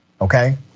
okay